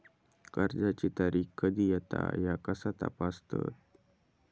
कर्जाची तारीख कधी येता ह्या कसा तपासतत?